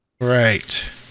Right